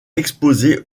exposé